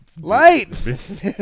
Light